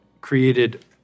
created